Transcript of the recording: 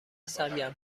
سرگرم